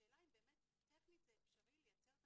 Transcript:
השאלה אם באמת טכנית זה אפשרי לייצר את